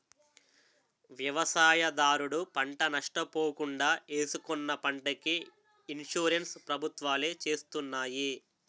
వ్యవసాయదారుడు పంట నష్ట పోకుండా ఏసుకున్న పంటకి ఇన్సూరెన్స్ ప్రభుత్వాలే చేస్తున్నాయి